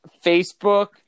Facebook